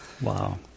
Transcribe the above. Wow